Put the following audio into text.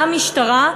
למשטרה,